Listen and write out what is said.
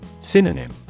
Synonym